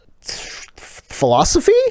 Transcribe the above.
philosophy